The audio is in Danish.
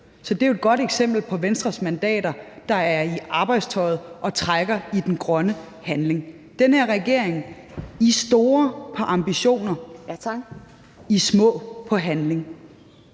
Så det er jo et godt eksempel på Venstres mandater, der er i arbejdstøjet i forhold til den grønne handling. I den her regering er I store på ambitioner, og I er små på handling.